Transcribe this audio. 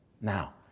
Now